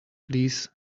please